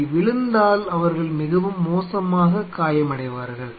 அவை விழுந்தால் அவர்கள் மிகவும் மோசமாக காயமடைவார்கள்